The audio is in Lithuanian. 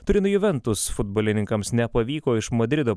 turino juventus futbolininkams nepavyko iš madrido